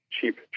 cheap